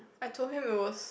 I told him it was